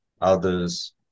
others